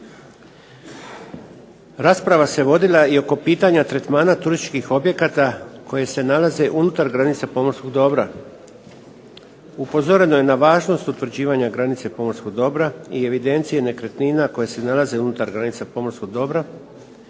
Rasprava se vodila i oko pitanja tretmana turističkih objekata koje se nalaze unutar granica pomorskog dobra. Upozoreno je na važnost utvrđivanja granice pomorskog dobra i evidencije nekretnina koje se nalaze unutar granica pomorskog dobra